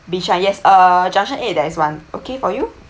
Bishan yes uh junction eight there is one okay for you